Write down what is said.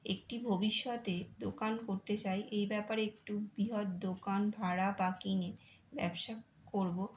একটি ভবিষ্যতে দোকান করতে চাই এই ব্যাপারে একটু বৃহৎ দোকান ভাড়া বাকি নিয়ে ব্যবসা করবো